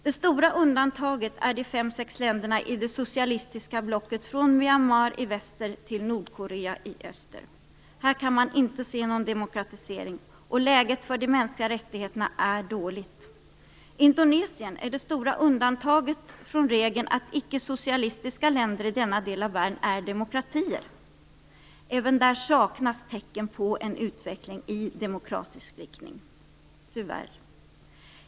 Det stora undantaget är de fem sex länderna i det socialistiska blocket från Myanmar i väster till Nordkorea i öster. Här kan man inte se någon demokratisering, och läget för de mänskliga rättigheterna är dåligt. Indonesien är det stora undantaget från regeln att icke-socialistiska länder i denna del av världen är demokratier. Även där saknas tyvärr tecken på en utveckling i demokratisk riktning.